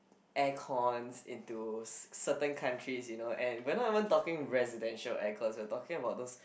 aircons into c~ certain countries you know we're not even talking residential aircons we are talking about tho